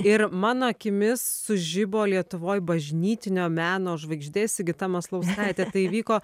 ir mano akimis sužibo lietuvoj bažnytinio meno žvaigždė sigita maslauskaitė tai įvyko